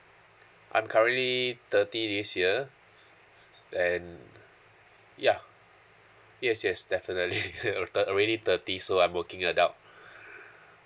I'm currently thirty this year and ya yes yes definitely al~ thirt~ already thirty so I'm working adult